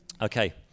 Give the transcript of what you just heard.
Okay